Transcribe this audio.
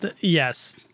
Yes